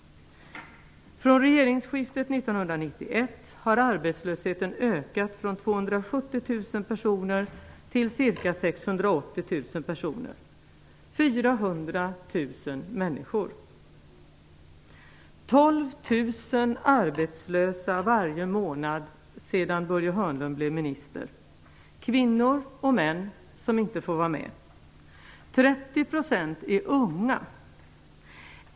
Från regeringsskiftet 1991 har arbetslösheten ökat från 270 000 personer till ca 680 000. Det är 400 000 människor. 12 000 har blivit arbetslösa varje månad sedan Börje Hörnlund blev minister -- kvinnor och män som inte får vara med. 30 % är unga.